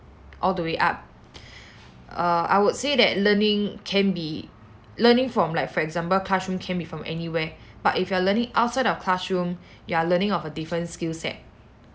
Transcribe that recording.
all the way up err I would say that learning can be learning from like for example classroom can be from anywhere but if you are learning outside of classroom you are learning of a different skill set